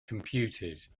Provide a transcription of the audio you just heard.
computed